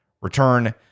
return